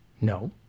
No